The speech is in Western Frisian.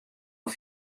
oer